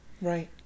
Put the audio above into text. right